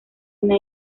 una